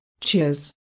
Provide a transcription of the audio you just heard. Cheers